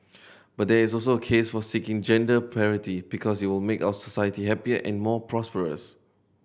but there is also a case for seeking gender parity because it will make our society happier and more prosperous